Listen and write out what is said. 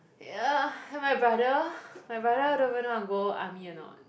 yah my brother my brother don't even know wanna go army a not